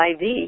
IV